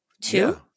two